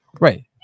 Right